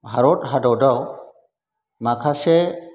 भारत हादराव माखासे